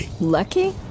Lucky